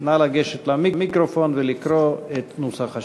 נא לגשת למיקרופון ולקרוא את נוסח